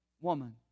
woman